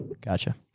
gotcha